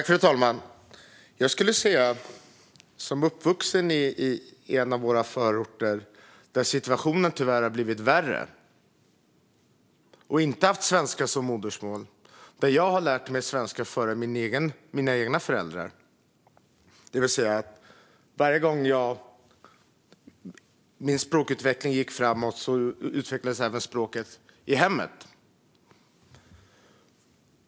Fru talman! Jag är uppvuxen i en av våra förorter där situationen tyvärr har blivit värre. Jag har inte svenska som modersmål, och jag lärde mig svenska före min egna föräldrar. Varje gång min språkutveckling gick framåt utvecklades även språket i hemmet.